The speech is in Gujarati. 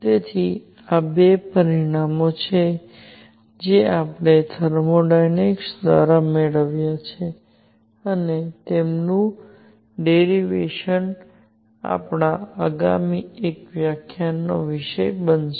તેથી આ બે પરિણામો છે જે આપણે થર્મોડાયનેમિક્સ દ્વારા મેળવ્યા છે અને તેમનું ડેરિવેશન આપણા આગામી એક વ્યાખ્યાનનો વિષય બનશે